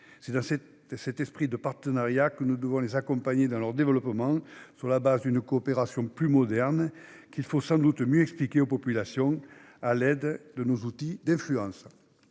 C'est dans un esprit de partenariat que nous devons accompagner ces pays dans leur développement, sur le fondement d'une coopération plus moderne, qu'il faut sans doute mieux expliquer aux populations, à l'aide de nos outils d'influence.